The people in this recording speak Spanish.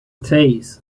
seis